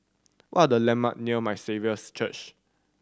what are the landmark near My Saviour's Church